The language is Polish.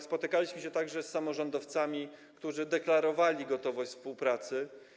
Spotykaliśmy się także z samorządowcami, którzy deklarowali gotowość współpracy.